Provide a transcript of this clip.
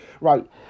Right